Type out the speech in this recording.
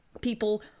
People